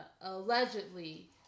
allegedly